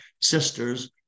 sisters